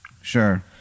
Sure